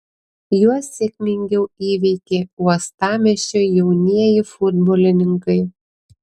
juos sėkmingiau įveikė uostamiesčio jaunieji futbolininkai